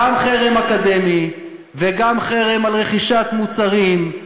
גם חרם אקדמי וגם חרם על רכישת מוצרים.